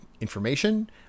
information